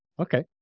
Okay